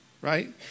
right